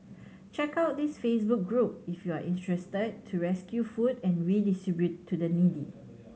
check out this Facebook group if you are interested to rescue food and redistribute to the needy